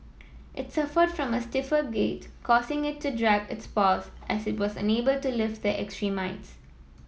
it suffered from a stiffer gait causing it to drag its paws as it was unable to lift its